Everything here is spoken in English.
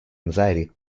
anxiety